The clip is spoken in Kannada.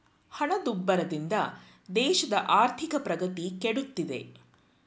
ಹಣದುಬ್ಬರದಿಂದ ದೇಶದ ಆರ್ಥಿಕ ಪ್ರಗತಿ ಕೆಡುತ್ತಿದೆ